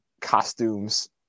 costumes